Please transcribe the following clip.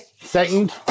Second